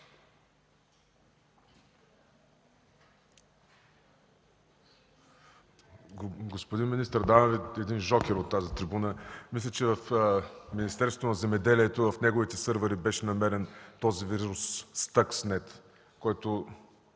Господин министър, давам Ви един жокер от тази трибуна. Мисля, че в Министерството на земеделието, в неговите сървъри беше намерен този вирус „Стакснет”, който